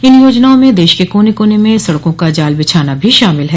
इन योजनाओं में देश के कोने कोने में सड़कों का जाल बिछाना भी शामिल है